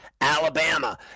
Alabama